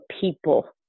people